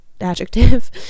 adjective